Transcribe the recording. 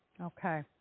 okay